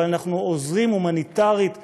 אבל אנחנו עוזרים הומניטרית לאנשים.